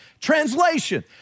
Translation